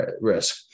risk